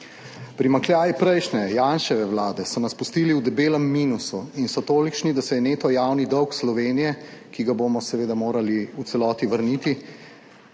Primanjkljaji prejšnje Janševe vlade so nas pustili v debelem minusu in so tolikšni, da se je neto javni dolg Slovenije, ki ga bomo seveda morali v celoti vrniti